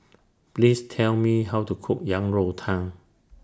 Please Tell Me How to Cook Yang Rou Tang